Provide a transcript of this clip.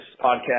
podcast